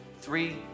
three